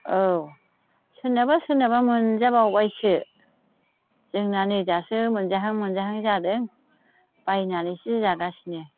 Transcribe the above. औ सोरनाबा सोरनाबा मोनजाबावबायसो जोंना नै दासो मोनजाहां मोजाहां जादों बायनानैसो जागासिनो